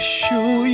show